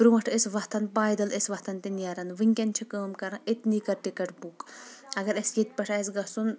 برٛونٛٹھ أسۍ وتھان پایدل أسۍ وتھان تہٕ نیران ؤنکیٚن چھِ کٲم کران أتنٕے کٔر ٹکٹ بُک اگر اسہِ ییٚتہِ پٮ۪ٹھ آسہِ گژھُن